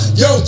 yo